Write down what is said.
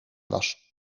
was